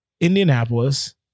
Indianapolis